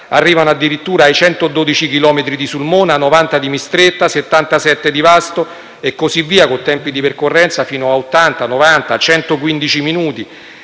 arrivano addirittura ai 112 chilometri di Sulmona, ai 90 di Mistretta, ai 77 di Vasto, e così via, con tempi di percorrenza fino a 80, 90, 115 minuti.